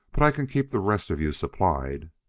but i can keep the rest of you supplied.